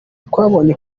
twabonye